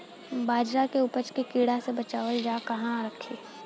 बाजरा के उपज के कीड़ा से बचाव ला कहवा रखीं?